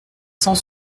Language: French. cent